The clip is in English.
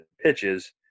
pitches